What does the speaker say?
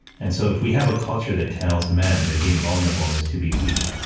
and so, if we have a culture that tells men that being vulnerable is to be weak,